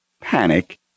panic